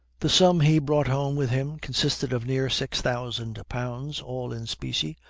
the sum he brought home with him consisted of near six thousand pounds, all in specie,